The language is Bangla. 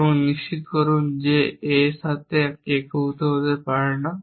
এবং নিশ্চিত করুন যে এটি এর সাথে একীভূত হতে পারে না